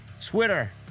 Twitter